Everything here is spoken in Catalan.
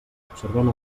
observem